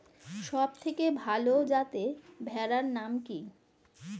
সবথেকে ভালো যাতে ভেড়ার নাম কি?